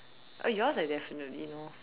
oh yours I definitely know